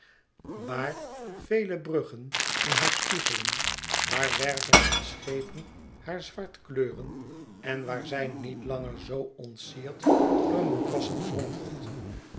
waar vele bruggen in haar spiegelen waar werven en schepen haar zwart kleuren en waar zij niet langer zoo ontsierd door moerassen kronkelt